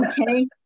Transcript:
Okay